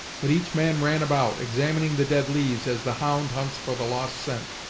but each man ran about, examining the dead leaves as the hound hunts for the lost scent.